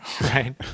right